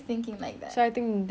saya buka main door